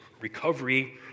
recovery